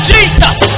Jesus